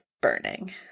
burning